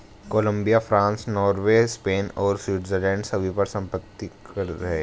Colombia, France, Norway, Spain और Switzerland सभी पर संपत्ति कर हैं